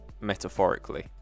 metaphorically